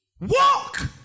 Walk